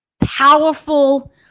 powerful